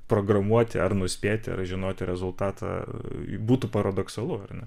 programuoti ar nuspėti ar žinoti rezultatą būtų paradoksalu ar ne